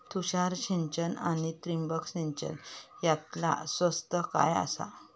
तुषार सिंचन आनी ठिबक सिंचन यातला स्वस्त काय आसा?